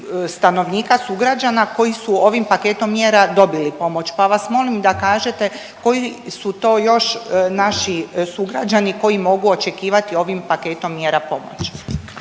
stanovnika, sugrađana koji su ovim paketom mjera dobili pomoć, pa vas molim da kažete koji su to još naši sugrađani koji mogu očekivati ovim paketom mjera pomoć?